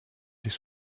des